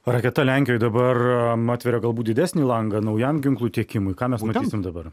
raketa lenkijoj dabar atveria galbūt didesnį langą naujam ginklų tiekimui ką mes matysim dabar